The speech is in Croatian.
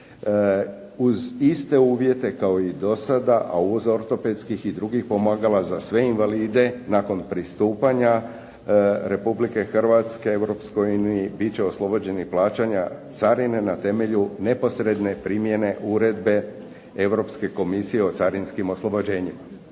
uz iste uvjete kao i do sada, a uz ortopedska i druga pomagala za sve invalide nakon pristupanja Republike Hrvatske Europskoj uniji bit će oslobođeni plaćanja carine na temelju neposredne primjene uredbe Europske komisije o carinskim oslobođenjima.